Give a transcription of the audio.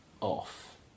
off